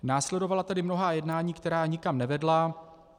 Následovala tedy mnohá jednání, která nikam nevedla.